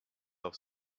auch